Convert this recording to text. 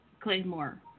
Claymore